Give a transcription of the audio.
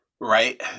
Right